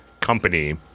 company